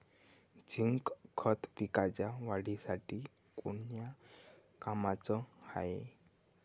Zinc खत पिकाच्या वाढीसाठी कोन्या कामाचं हाये?